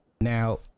now